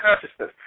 consciousness